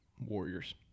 Warriors